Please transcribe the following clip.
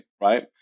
right